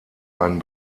einen